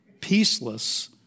peaceless